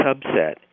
subset